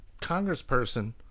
congressperson